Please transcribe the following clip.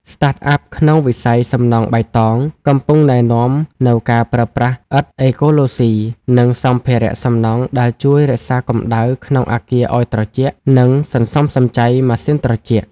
Startups ក្នុងវិស័យសំណង់បៃតង កំពុងណែនាំនូវការប្រើប្រាស់ឥដ្ឋអេកូឡូស៊ី និងសម្ភារៈសំណង់ដែលជួយរក្សាកម្ដៅក្នុងអគារឱ្យត្រជាក់ និងសន្សំសំចៃម៉ាស៊ីនត្រជាក់។